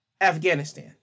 Afghanistan